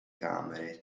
camere